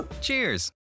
Cheers